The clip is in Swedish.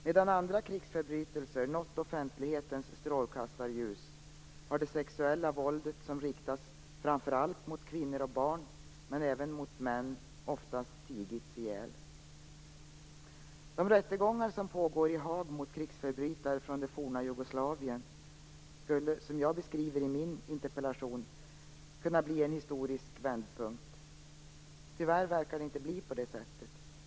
Medan andra krigsförbrytelser nått offentlighetens strålkastarljus har det sexuella våld som riktas framför allt mot kvinnor och barn men även mot män oftast tigits ihjäl. De rättegångar som pågår i Haag mot krigsförbrytare från det forna Jugoslavien skulle, som jag beskriver i min interpellation, kunna bli en historisk vändpunkt. Tyvärr verkar det inte bli på det sättet.